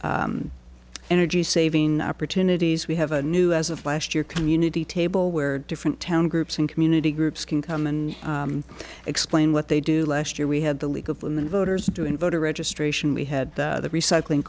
about energy saving opportunities we have a new as of last year community table where different town groups and community groups can come and explain what they do last year we had the league of women voters doing voter registration we had the recycling